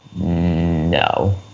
No